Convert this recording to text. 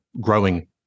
growing